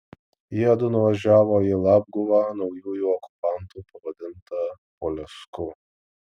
jiedu nuvažiavo į labguvą naujųjų okupantų pavadintą polesku